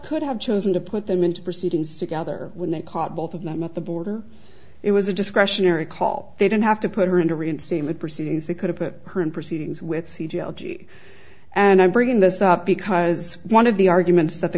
could have chosen to put them into proceedings together when they caught both of them at the border it was a discretionary call they didn't have to put her into reinstatement proceedings they could have put her in proceedings with c g o g and i bring this up because one of the arguments that the